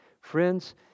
Friends